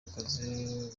akazi